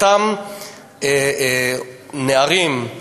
אותם נערים,